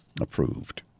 Approved